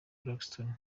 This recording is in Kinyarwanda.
braxton